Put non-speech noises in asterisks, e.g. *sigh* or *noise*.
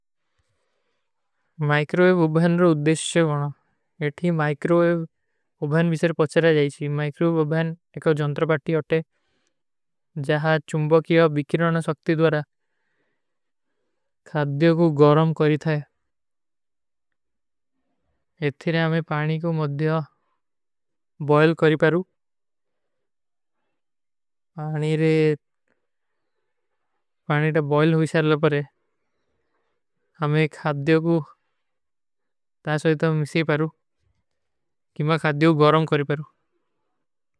ମାଈକ୍ରୋଵେଵ ଉବହନ ରୋ ଉଦ୍ଧେଶ କେ ଗଣା। ଇଠୀ ମାଈକ୍ରୋଵେଵ ଉବହନ ଵିସେର ପଚରା ଜାଈଶୀ। ମାଈକ୍ରୋଵ ଉବହନ ଏକା ଜଂତରପାଟୀ ହୋତେ। ଜହାଁ ଚୁଂବକୀ ଯା ଵିକିରନନ ସକ୍ତି ଦୁରା *hesitation* ଖାଦ୍ଯୋ କୋ ଗରମ କରୀ ଥା। *hesitation* ଇଠୀ ମାଈକ୍ରୋଵେଵ ଉବହନ ରୋ ଉଦ୍ଧେଶ କେ ଗଣା। ମାଈକ୍ରୋଵ ଉବହନ ଏକା ଜଂତରପାଟୀ ହୋତେ। ଜହାଁ ଚୁଂବକୀ ଯା ଵିକିରନନ ସକ୍ତି ଦୁରା ଖାଦ୍ଯୋ କୋ ଗରମ କରୀ ଥାଇ। ଜହାଁ ଚୁଂବକୀ ଯା ଵିକିରନନ ସକ୍ତି ଦୁରା ଖାଦ୍ଯୋ କୋ ଗରମ କରୀ ଥାଇ।